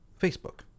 Facebook